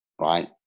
right